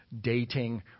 dating